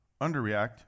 underreact